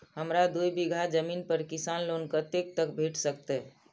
हमरा दूय बीगहा जमीन पर किसान लोन कतेक तक भेट सकतै?